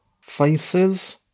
faces